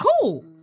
cool